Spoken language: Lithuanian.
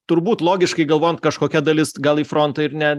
turbūt logiškai galvojant kažkokia dalis gal į frontą ir ne